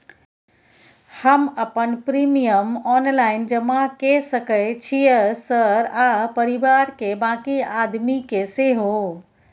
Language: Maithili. हम अपन प्रीमियम ऑनलाइन जमा के सके छियै सर आ परिवार के बाँकी आदमी के सेहो?